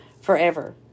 forever